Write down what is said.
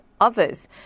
Others